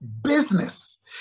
business